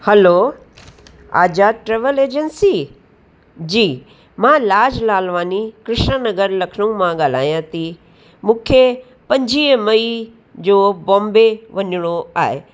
हलो Azad travel agency जी मां लाज लालवानी कृष्णा नगर लखनऊ मां ॻाल्हायां थी मूंखे पंजवीह मई जो बॉम्बे वञिणो आहे